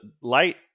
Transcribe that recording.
light